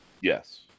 yes